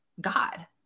God